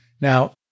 Now